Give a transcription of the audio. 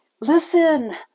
listen